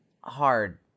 hard